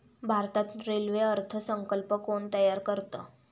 भारतात रेल्वे अर्थ संकल्प कोण तयार करतं?